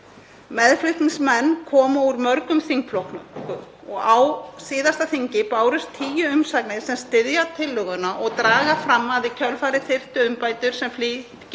Meðflutningsmenn koma úr mörgum þingflokknum og á síðasta þingi bárust tíu umsagnir sem styðja tillöguna og draga fram að í kjölfarið þarf umbætur sem flýtt